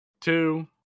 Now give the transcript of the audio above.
two